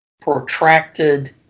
protracted